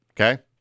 Okay